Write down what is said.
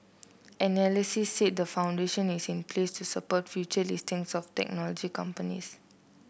analysts said the foundation is in place to support future listings of technology companies